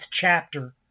chapter